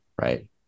right